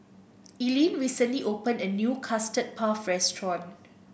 Eileen recently opened a new Custard Puff Restaurant